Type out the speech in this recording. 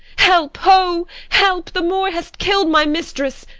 help, ho! help! the moor hath kill'd my mistress!